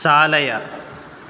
चालय